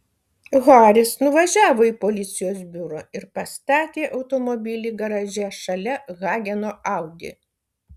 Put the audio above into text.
haris nuvažiavo į policijos biurą ir pastatė automobilį garaže šalia hageno audi